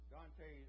Dante